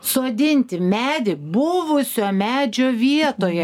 sodinti medį buvusio medžio vietoje